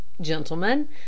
Gentlemen